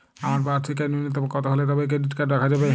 আমার বার্ষিক আয় ন্যুনতম কত হলে তবেই ক্রেডিট কার্ড রাখা যাবে?